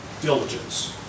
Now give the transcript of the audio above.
diligence